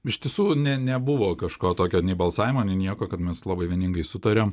ištisų ne nebuvo kažko tokio nei balsavimo nei nieko kad mes labai vieningai sutarėm